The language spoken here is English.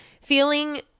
feeling